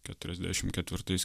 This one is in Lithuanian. keturiasdešim ketvirtais